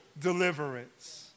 deliverance